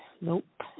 Nope